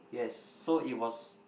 yes so it was